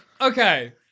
Okay